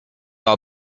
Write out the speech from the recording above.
our